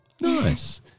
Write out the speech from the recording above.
Nice